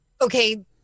okay